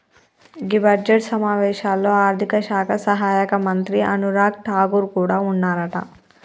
గీ budget సమావేశాల్లో ఆర్థిక శాఖ సహాయక మంత్రి అనురాగ్ ఠాగూర్ కూడా ఉన్నారట